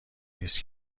نیست